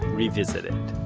revisited.